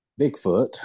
Bigfoot